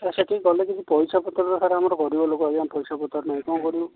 sir ସେଠି ଗଲେ କିଛି ପଇସାପତ୍ର ସାର୍ ଆମର ଗରିବ ଲୋକ ଆଜ୍ଞା ପଇସାପତ୍ର ନାହିଁ କ'ଣ କରିବୁ